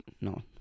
no